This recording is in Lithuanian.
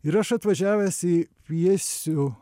ir aš atvažiavęs į pjesių